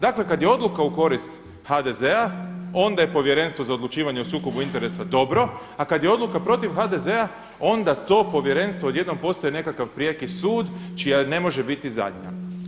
Dakle, kad je odluka u korist HDZ-a onda je Povjerenstvo za odlučivanje o sukobu interesa dobro, a kad je odluka protiv HDZ-a onda to povjerenstvo odjednom postaje nekakvi prijeki sud čija ne može biti zadnja.